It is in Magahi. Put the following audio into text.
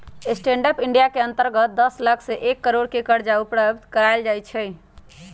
स्टैंड अप इंडिया के अंतर्गत दस लाख से एक करोड़ के करजा उपलब्ध करायल जाइ छइ